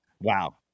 Wow